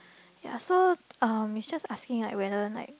ya so um it's just asking like whether like